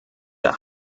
der